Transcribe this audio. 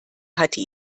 hatte